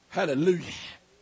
Hallelujah